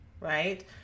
right